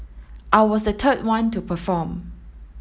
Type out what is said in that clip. I was the third one to perform